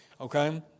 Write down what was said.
Okay